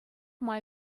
май